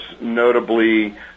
notably